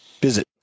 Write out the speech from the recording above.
visit